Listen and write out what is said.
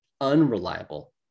unreliable